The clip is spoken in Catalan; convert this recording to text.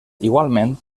igualment